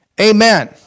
Amen